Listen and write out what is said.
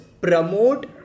promote